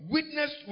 Witness